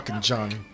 Johnny